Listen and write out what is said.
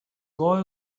boy